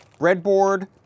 breadboard